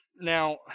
Now